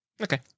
Okay